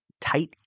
tight